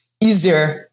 easier